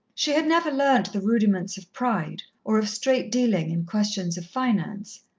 she had never learnt the rudiments of pride, or of straight-dealing in questions of finance.